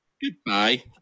Goodbye